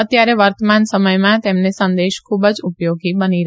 અત્યારે વર્તમાન સમયમાં તેમને સંદેશ ખૂબ જ ઉપયોગી બની ગયો છે